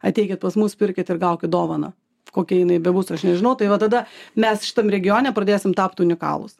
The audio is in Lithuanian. ateikit pas mus pirkit ir gaukit dovaną kokia jinai bebūtų aš nežinau tai va tada mes šitam regione pradėsim tapt unikalūs